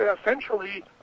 essentially